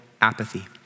apathy